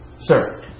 sir